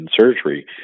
surgery